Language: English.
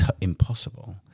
impossible